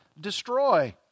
Destroy